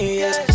yes